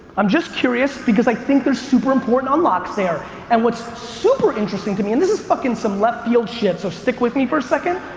i'm just curious because i think there's super important unlocks there and what's super interesting to me and this is fuckin' some left field shit, so stick with me for a second,